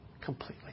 completely